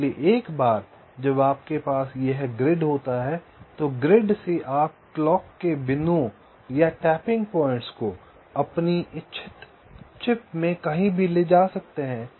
इसलिए एक बार जब आपके पास यह ग्रिड होता है तो ग्रिड से आप क्लॉक के बिंदुओं या टैपिंग पॉइंट्स को अपनी इच्छित चिप में कहीं भी ले जा सकते हैं